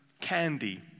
candy